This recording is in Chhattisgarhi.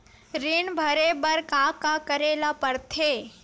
ऋण भरे बर का का करे ला परथे?